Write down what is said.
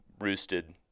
roosted